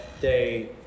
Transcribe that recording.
day